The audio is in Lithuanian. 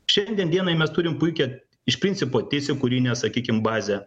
šiandien dienai mes turim puikią iš principo teisėkūrinę sakykime bazę